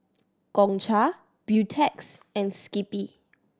Gongcha Beautex and Skippy